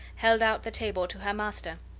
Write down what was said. held out the tabor to her master.